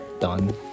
done